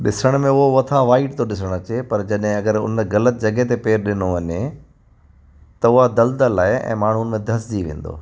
ॾिसण में उहो मथां वाईट थो ॾिसण अचे पर जॾहिं हुन ग़लति जॻह ते पेरु ॾिनो वञे त उहा दलदल आहे ऐं माण्हू हुन में दसिजी वेंदो